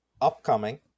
upcoming